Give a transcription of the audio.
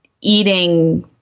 eating